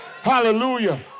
Hallelujah